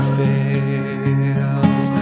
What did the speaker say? fails